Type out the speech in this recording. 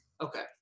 okay